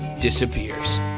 disappears